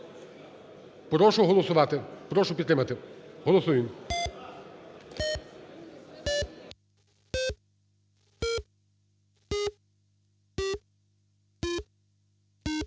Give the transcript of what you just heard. Прошу голосувати. Прошу підтримати, голосуємо.